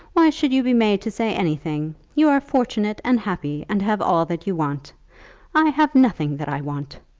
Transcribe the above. why should you be made to say anything? you are fortunate and happy, and have all that you want i have nothing that i want.